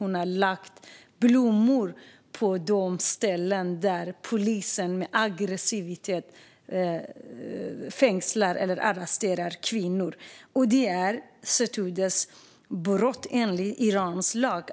Hon har också lagt blommor på ställen där polisen aggressivt har arresterat kvinnor. Detta är Sotoudehs brott, enligt Irans lag.